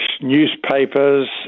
newspapers